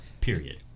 period